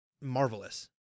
marvelous